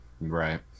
Right